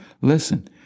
Listen